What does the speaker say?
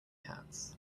hats